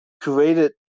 created